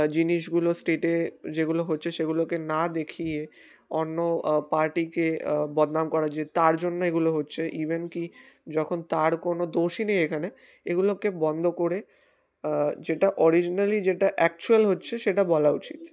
জিনিসগুলো স্টেটে যেগুলো হচ্ছে সেগুলোকে না দেখিয়ে অন্য পার্টিকে বদনাম করা যে তার জন্য এগুলো হচ্ছে ইভেন কি যখন তার কোনো দোষই নেই এখানে এগুলোকে বন্ধ করে যেটা অরিজিনালি যেটা অ্যাকচুয়াল হচ্ছে সেটা বলা উচিত